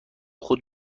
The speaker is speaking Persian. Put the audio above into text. خود